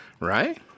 Right